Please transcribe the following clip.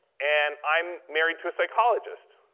and i'm married to a psychologist,